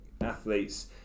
athletes